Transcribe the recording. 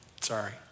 Sorry